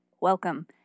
welcome